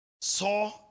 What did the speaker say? saw